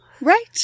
Right